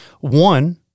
One